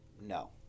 no